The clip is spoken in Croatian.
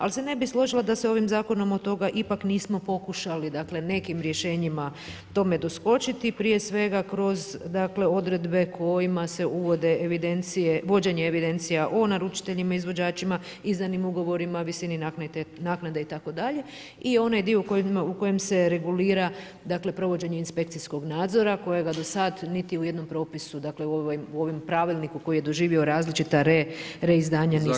Ali se ne bih složila da se ovim zakonom od toga ipak nismo pokušali, nekim rješenjima tome doskočiti, prije svega kroz odredbe kojima se uvode vođenje evidencija o naručiteljima, izvođačima, izdanim ugovorima, visini naknade itd. i onaj dio u kojem se regulira provođenje inspekcijskog nadzora kojega do sad niti u jednom propisu, dakle u ovom pravilniku koji je doživio različita reizdanja nismo imali.